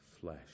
flesh